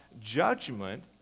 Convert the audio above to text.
judgment